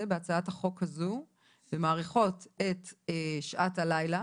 בהצעת החוק הזה ומאריכות את שעת הלילה,